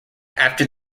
after